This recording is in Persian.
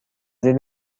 دید